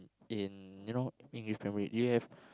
in you know English Premier-League you have